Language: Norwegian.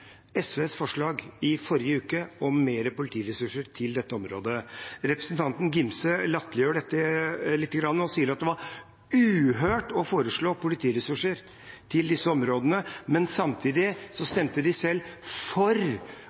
SVs forslag i forrige uke om mer politiressurser til dette området? Representanten Angell Gimse latterliggjør dette lite grann og sier at det var uhørt å foreslå politiressurser til disse områdene, men samtidig stemte de selv for